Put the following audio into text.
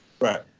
right